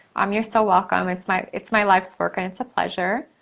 um you're so welcome, it's my it's my life's work, and it's a pleasure.